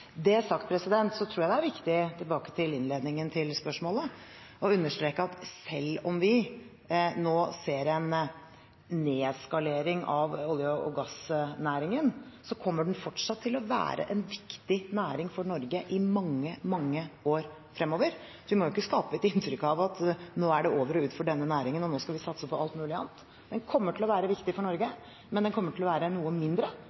så tror jeg det er viktig – tilbake til innledningen til spørsmålet – å understreke at selv om vi nå ser en nedskalering av olje- og gassnæringen, kommer den fortsatt til å være en viktig næring for Norge i mange år fremover. Så vi må ikke skape et inntrykk av at nå er det over og ut for denne næringen, og at vi nå skal satse på alt mulig annet. Den kommer til å være viktig for Norge, men den kommer til å være noe mindre